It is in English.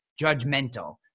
judgmental